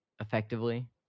effectively